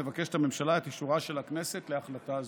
מבקשת הממשלה את אישורה של הכנסת להחלטה זו.